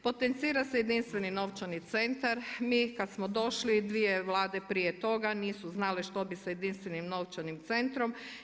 Potencira se jedinstveni novčani centar, mi kada smo došli dvije vlade prije toga nisu znale što bi sa jedinstvenim novčanim centrom.